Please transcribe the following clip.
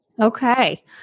Okay